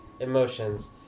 emotions